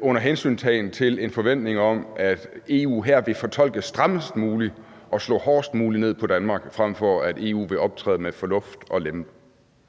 under hensyntagen til en forventning om, at EU her vil fortolke strammest muligt og slå hårdest muligt ned på Danmark frem for at optræde med fornuft og lempe?